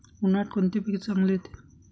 उन्हाळ्यात कोणते पीक चांगले येते?